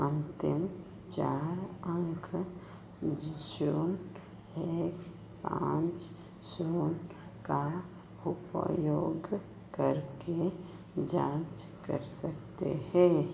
अन्तिम चार अंक जी सो एच पांच शून्य का उपयोग करके जाँच कर सकते हें